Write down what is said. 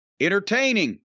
entertaining